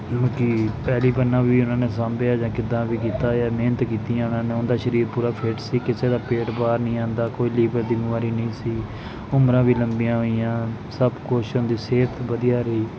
ਕਿਉਂਕਿ ਪੈਲੀ ਬੰਨਾ ਵੀ ਉਹਨਾਂ ਨੇ ਸਾਂਭਿਆ ਜਾਂ ਕਿੱਦਾਂ ਵੀ ਕੀਤਾ ਜਾ ਮਿਹਨਤ ਕੀਤੀਆਂ ਉਹਨਾਂ ਨੂੰ ਉਹਨਾਂ ਦਾ ਸਰੀਰ ਪੂਰਾ ਫਿਟ ਸੀ ਕਿਸੇ ਦਾ ਪੇਟ ਬਾਹਰ ਨਹੀਂ ਆਉਂਦਾ ਕੋਈ ਲੀਵਰ ਦੀ ਬਿਮਾਰੀ ਨਹੀਂ ਸੀ ਉਮਰਾਂ ਵੀ ਲੰਬੀਆਂ ਹੋਈਆਂ ਸਭ ਕੁਛ ਉਹਨਾਂ ਦੀ ਸਿਹਤ ਵਧੀਆ ਰਹੀ